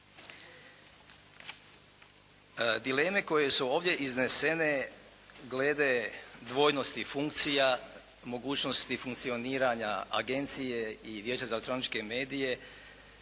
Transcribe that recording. Dileme koje su ovdje iznesene glede dvojnosti funkcija, mogućnosti funkcioniranja agencije i Vijeće za elektroničke medije,